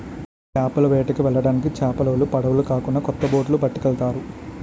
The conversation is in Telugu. చేపల వేటకి వెళ్ళడానికి చేపలోలు పడవులు కాకున్నా కొత్త బొట్లు పట్టుకెళ్తారు